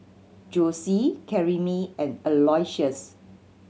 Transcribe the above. Jossie Karyme and Aloysius